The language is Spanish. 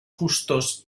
justos